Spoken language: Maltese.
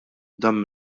dan